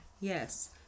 Yes